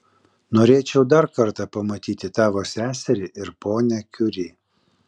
norėčiau dar kartą pamatyti tavo seserį ir ponią kiuri